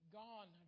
gone